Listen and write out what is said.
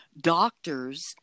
doctors